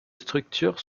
structures